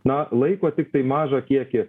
na laiko tiktai mažą kiekį